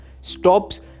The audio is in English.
stops